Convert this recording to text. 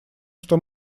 что